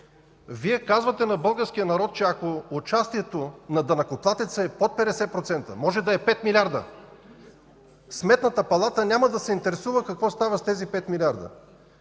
Вие казвате на българския народ, че ако участието на данъкоплатеца е под 50%, може да е 5 милиарда, Сметната палата няма да се интересува какво става с тези 5 милиарда.